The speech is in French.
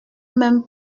même